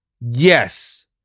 Yes